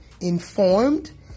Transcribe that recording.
informed